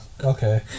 okay